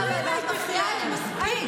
אל תדברי אליי.